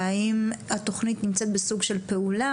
והאם התכנית נמצאת בסוג של פעולה,